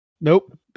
nope